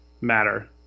matter